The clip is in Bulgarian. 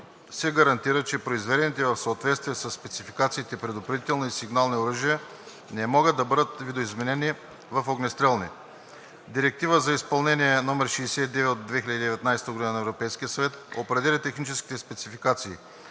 се гарантира, че произведените в съответствие със спецификациите предупредителни и сигнални оръжия не могат да бъдат видоизменяни в огнестрелни. Директива за изпълнение 2019/69 на Европейския съюз определя техническите спецификации,